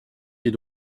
est